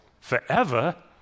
Forever